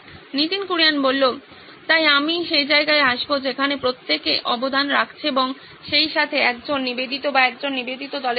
নীতিন কুরিয়ান তাই আমি সেই জায়গায় আসবো যেখানে প্রত্যেকে অবদান রাখছে এবং সেই সাথে একজন নিবেদিত বা একটা নিবেদিত দলের জন্য